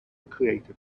created